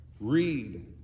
read